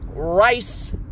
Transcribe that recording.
Rice